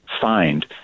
find